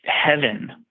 heaven